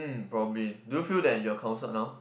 mm probably do you feel that you are counselled now